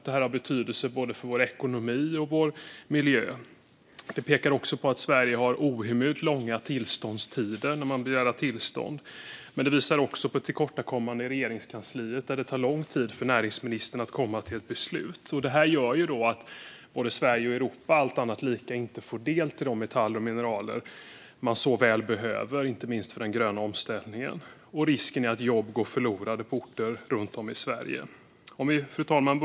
Det här har betydelse för både vår ekonomi och vår miljö. Frågan pekar också på att Sverige har ohemult långa handläggningstider när man begär tillstånd. Den visar också på tillkortakommanden i Regeringskansliet, där det tar lång tid för näringsministern att komma till ett beslut. Det här gör att Sverige och Europa, allt annat lika, inte får ta del av de metaller och mineraler man så väl behöver, inte minst för den gröna omställningen. Risken är också att jobb går förlorade på orter runt om i Sverige. Fru talman!